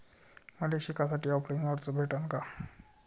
मले शिकासाठी ऑफलाईन कर्ज भेटन का?